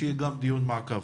שיהיה גם דיון מעקב.